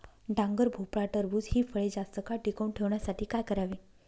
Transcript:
डांगर, भोपळा, टरबूज हि फळे जास्त काळ टिकवून ठेवण्यासाठी काय करावे?